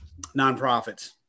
nonprofits